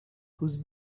whose